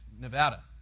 Nevada